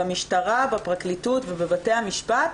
במשטרה, בפרקליטות ובבתי המשפט,